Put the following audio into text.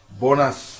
bonus